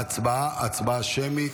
ההצבעה היא הצבעה שמית.